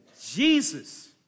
Jesus